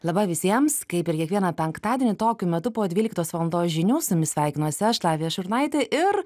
laba visiems kaip ir kiekvieną penktadienį tokiu metu po dvyliktos valandos žinių su jumis sveikinuosi aš lavija šurnaitė ir